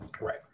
Right